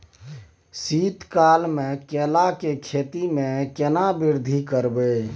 शीत काल मे केला के खेती में केना वृद्धि करबै?